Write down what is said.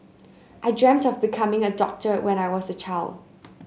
I dreamed of becoming a doctor when I was a child